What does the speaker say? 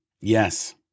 Yes